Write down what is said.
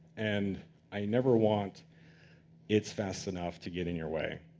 and i never want it's fast enough to get in your way.